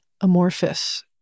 amorphous